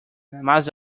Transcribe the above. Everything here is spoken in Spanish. más